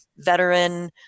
veteran